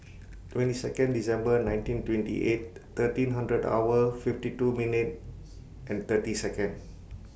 twenty Second December nineteen twenty eight thirteen hundred hour fifty two minute and thirty Second